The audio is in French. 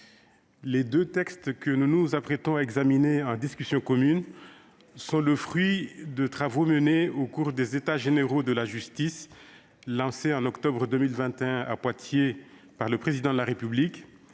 les deux textes que nous nous apprêtons à examiner en discussion commune sont le fruit de travaux menés au cours des États généraux de la justice, lancés en octobre 2021 à Poitiers par le Président de la République,